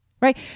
Right